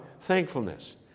thankfulness